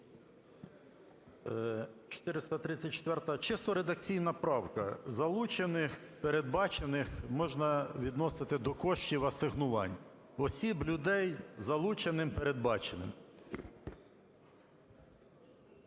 434 – чисто редакційна правка. "Залучених", "передбачених" можна відносити до коштів асигнувань. Осіб, людей – залученим, передбаченим.